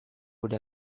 would